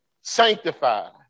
sanctified